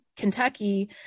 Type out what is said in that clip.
Kentucky